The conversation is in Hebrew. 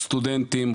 סטודנטים,